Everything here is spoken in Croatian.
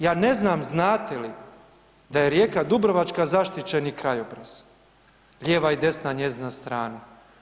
Ja ne znam znate li da je Rijeka Dubrovačka zaštićeni krajobraz lijeva i desna njezina strana.